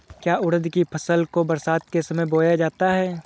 क्या उड़द की फसल को बरसात के समय बोया जाता है?